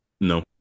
No